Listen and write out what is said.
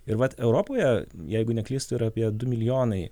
ir vat europoje jeigu neklystu yra apie du milijonai